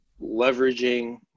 leveraging